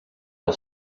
pel